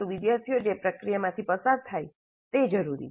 વિદ્યાર્થીઓ જે પ્રક્રિયામાંથી પસાર થાય છે તે જરૂરી છે